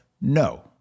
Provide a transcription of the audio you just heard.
no